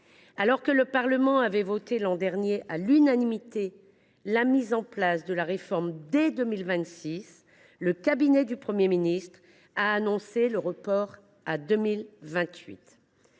Alors que le Parlement, l’an dernier, avait voté à l’unanimité la mise en place de la réforme dès 2026, le cabinet du Premier ministre a annoncé son report à 2028.